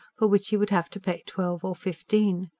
for which he would have to pay twelve or fifteen.